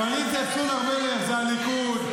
קואליציית סון הר מלך זה הליכוד,